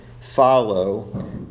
follow